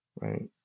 Right